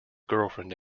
girlfriend